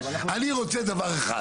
אני רוצה דבר אחד,